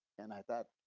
and i thought,